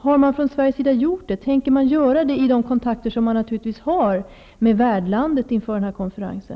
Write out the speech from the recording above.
Har man från Sveriges sida gjort det, elle tänker man göra det i de kontakter som vi naturligtvis har med värdlandet inför konferensen?